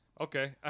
Okay